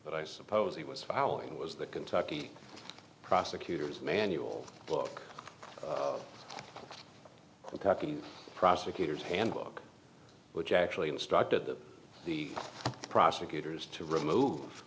but i suppose he was following was the kentucky prosecutor's manual book a cocky prosecutor's handbook which actually instructed that the prosecutors to remove